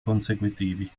consecutivi